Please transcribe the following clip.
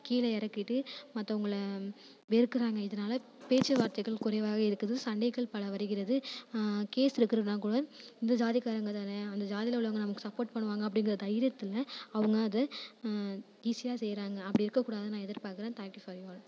கீழே இறக்கிட்டு மற்றவங்கள வெறுக்குறாங்க இதனால் பேச்சு வார்த்தைகள் குறைவாக இருக்குது சண்டைகள் பல வருகிறது கேஸ் எடுக்கிறதுனா கூட இந்த ஜாதிக்காரங்கள் தானே அந்த ஜாதியில் உள்ளவங்கள் நமக்கு சப்போர்ட் பண்ணுவாங்க அப்படிங்கிற தைரியத்தில் அவங்க அதை ஈஸியாக செய்கிறாங்க அப்படி இருக்கக்கூடாதுன்னு நான் எதிர்பார்க்குறேன் தேங்க்யூ ஃபார் யூ ஆல்